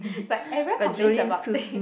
but Ariel complains about thing